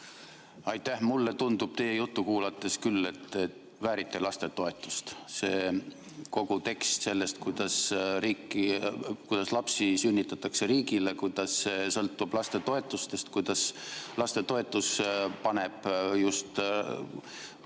Aitäh! Mulle tundub teie juttu kuulates küll, et te väärite lastetoetust. See kogu tekst sellest, kuidas lapsi sünnitatakse riigile, kuidas see sõltub lastetoetustest, kuidas lastetoetus paneb just